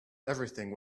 everything